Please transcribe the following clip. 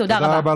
תודה רבה.